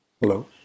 Hello